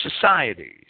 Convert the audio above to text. societies